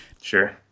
Sure